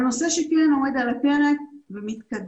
נושא שכרגע הוא על הפרק ומתקדם